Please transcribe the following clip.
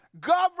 govern